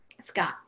Scott